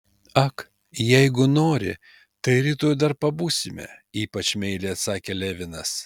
ak jeigu nori tai rytoj dar pabūsime ypač meiliai atsakė levinas